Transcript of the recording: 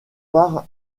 part